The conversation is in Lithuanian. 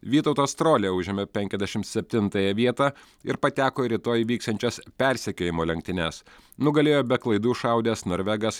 vytautas strolia užėmė penkiasdešim septintąją vietą ir pateko į rytoj vyksiančias persekiojimo lenktynes nugalėjo be klaidų šaudęs norvegas